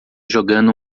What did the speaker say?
jogando